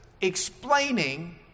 explaining